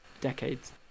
decades